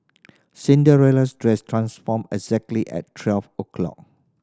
Cinderella's dress transformed exactly at twelve o'clock